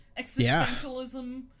existentialism